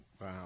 Wow